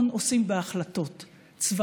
בזכות השר